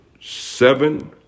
seven